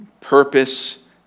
purpose